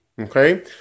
okay